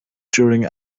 during